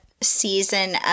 season